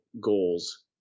goals